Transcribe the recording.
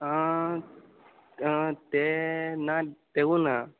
तें ना तेंवूंय ना